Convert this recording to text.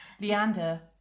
Leander